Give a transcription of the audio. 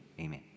amen